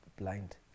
blind